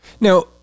Now